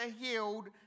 healed